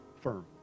firm